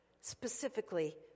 specifically